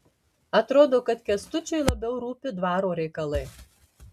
atrodo kad kęstučiui labiau rūpi dvaro reikalai